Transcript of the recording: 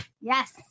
Yes